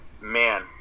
man